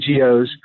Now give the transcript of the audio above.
NGOs